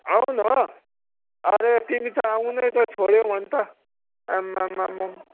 आऊ न अरे तिमी त आउन त छोड्यौ अन्त आम्मामामाम्